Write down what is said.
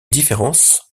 différences